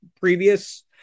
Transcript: previous